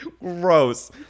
Gross